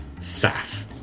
Saf